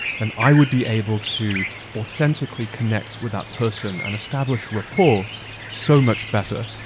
then i would be able to authentically connect with that person and establish rapport so much better.